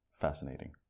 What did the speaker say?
fascinating